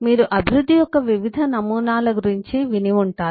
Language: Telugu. మీరు అభివృద్ధి యొక్క వివిధ నమూనాల గురించి విని ఉంటారు